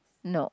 no